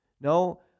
No